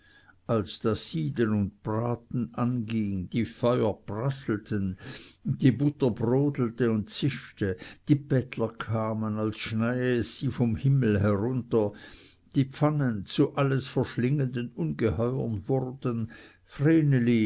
als das sieden und braten an ging die feuer prasselten die butter brodelte und zischte die bettler kamen als schneie es sie vom himmel herunter die pfannen zu alles verschlingenden ungeheuern wurden